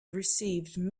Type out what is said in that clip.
received